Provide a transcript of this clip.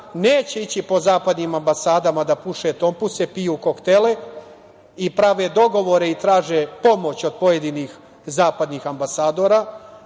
neće ići po zapadnim ambasadama da puše tompuse, piju koktele i prave dogovore i traže pomoć od pojedinih zapadnih ambasadora,